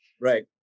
right